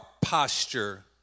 posture